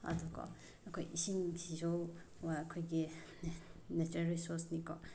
ꯑꯗꯨꯀꯣ ꯑꯩꯈꯣꯏ ꯏꯁꯤꯡꯁꯤꯁꯨ ꯑꯩꯈꯣꯏꯒꯤ ꯅꯦꯆꯔꯦꯜ ꯔꯤꯁꯣꯔꯁꯅꯤꯀꯣ